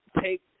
take